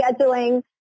scheduling